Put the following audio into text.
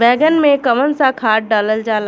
बैंगन में कवन सा खाद डालल जाला?